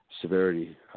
Severity